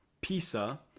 PISA